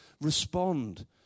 respond